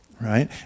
right